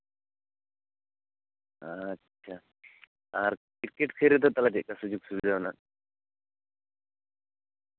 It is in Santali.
ᱟᱪᱪᱷᱟ ᱠᱤᱨᱠᱮᱴ ᱠᱷᱮᱞ ᱨᱮᱫᱚ ᱛᱟᱦᱚᱞᱮ ᱪᱮᱫ ᱞᱮᱠᱟ ᱥᱩᱵᱤᱫᱷᱟ ᱢᱮᱱᱟᱜᱼᱟ